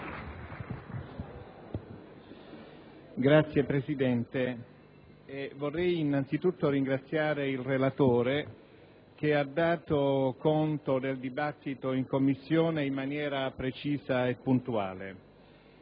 Signor Presidente, vorrei innanzi tutto ringraziare il relatore, che ha dato conto del dibattito in Commissione in maniera precisa e puntuale.